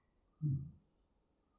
mm